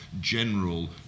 general